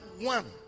one